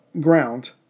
ground